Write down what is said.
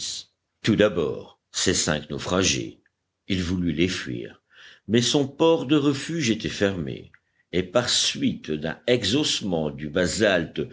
tout d'abord ces cinq naufragés il voulut les fuir mais son port de refuge était fermé et par suite d'un exhaussement du